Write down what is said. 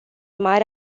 mari